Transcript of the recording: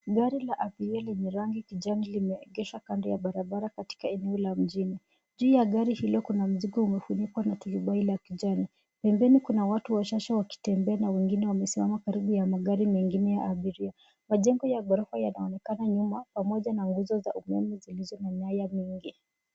Gari la abiria lenye rang kijani limeegeshwa kando ya barabara katika eneo la mjini. Juu ya gari hilo kuna mzigo umefunikwa na turubai la kijani. Pembeni kuna watu wachache wakitembea na wengine wamesimama karibu na magari mengine ya abiria. Majengo ya ghorofa yanaonekana nyuma pamoja na nguzo za umeme zilizo na nyaya nyingi.